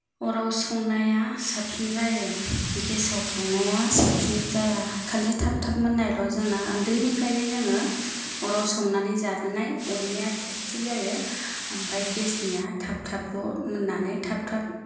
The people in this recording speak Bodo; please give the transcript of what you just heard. अराव संनाया साबसिन जायो गेसाव संनाया साबसिन जाया खालि थाब थाब मोननायल' जोंना उन्दैनिफ्रायनो जोङो अराव संनानै जाबोनाय अरनिया टेस्टि जायो ओमफाय गेसनिया थाब थाबल' मोननाय थाब थाब